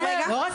זה לא מספיק.